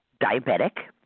diabetic